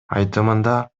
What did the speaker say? айтымында